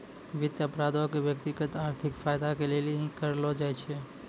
वित्त अपराधो के व्यक्तिगत आर्थिक फायदा के लेली ही करलो जाय छै